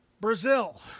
Brazil